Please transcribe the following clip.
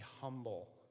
humble